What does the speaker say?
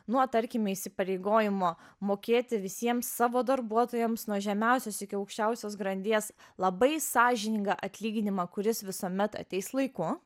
nuo tarkime įsipareigojimo mokėti visiems savo darbuotojams nuo žemiausios iki aukščiausios grandies labai sąžiningą atlyginimą kuris visuomet ateis laiku